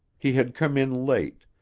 he had come in late,